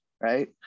Right